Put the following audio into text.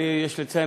ויש לציין,